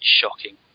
shocking